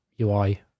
UI